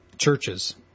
churches